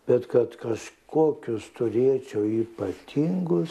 bet kad kažkokius turėčiau ypatingus